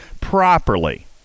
properly